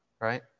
right